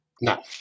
no